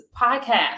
podcast